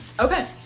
Okay